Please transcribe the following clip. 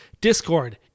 Discord